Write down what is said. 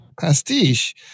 Pastiche